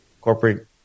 corporate